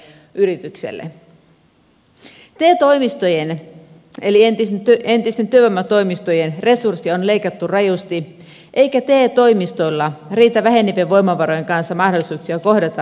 te toimistojen eli entisten työvoimatoimistojen resursseja on leikattu rajusti eikä te toimistoilla riitä vähenevien voimavarojen kanssa mahdollisuuksia kohdata nuoria